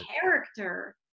character